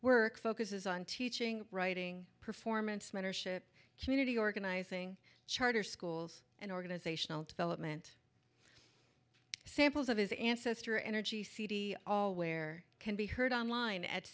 work focuses on teaching writing performance mentorship community organizing charter schools and organizational development samples of his ancestor energy cd all where can be heard on line at